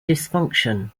dysfunction